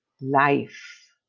life